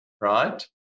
right